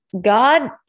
God